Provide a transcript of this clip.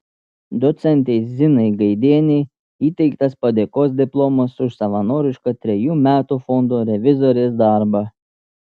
docentei zinai gaidienei įteiktas padėkos diplomas už savanorišką trejų metų fondo revizorės darbą